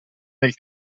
del